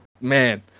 man